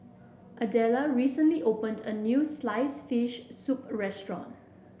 Idella recently opened a new sliced fish soup restaurant